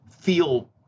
feel